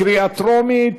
קריאה טרומית.